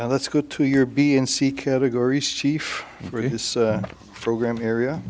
that's good to your b and c categories chief for his program area